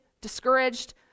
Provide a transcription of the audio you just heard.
discouraged